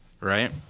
right